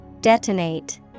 Detonate